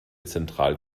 zentral